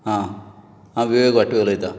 हां हांव विवेक भाटी उलयता